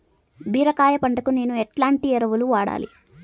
బీరకాయ పంటకు నేను ఎట్లాంటి ఎరువులు వాడాలి?